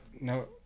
no